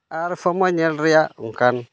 ᱟᱨ ᱥᱚᱢᱚᱭ ᱧᱮᱞ ᱨᱮᱭᱟᱜ ᱚᱱᱠᱟᱱ